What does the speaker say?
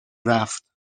رفت